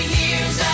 years